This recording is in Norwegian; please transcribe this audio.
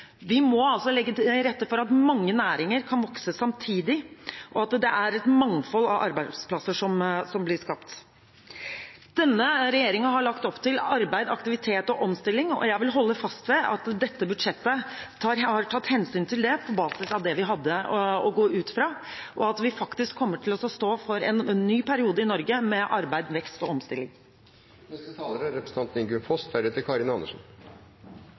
Vi må legge til rette for at mange næringer kan vokse samtidig, og at det er et mangfold av arbeidsplasser som blir skapt. Denne regjeringen har lagt opp til arbeid, aktivitet og omstilling, og jeg vil holde fast ved at dette budsjettet har tatt hensyn til det, på basis av det vi hadde å gå ut fra, og at vi faktisk kommer til å stå foran en ny periode i Norge med arbeid, vekst og omstilling. Til representanten